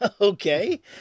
okay